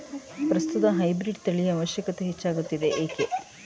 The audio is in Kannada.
ಪ್ರಸ್ತುತ ಹೈಬ್ರೀಡ್ ತಳಿಯ ಅವಶ್ಯಕತೆ ಹೆಚ್ಚಾಗುತ್ತಿದೆ ಏಕೆ?